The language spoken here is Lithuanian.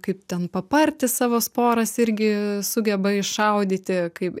kaip ten papartis savo sporas irgi sugeba iššaudyti kaip